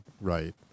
right